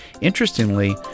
Interestingly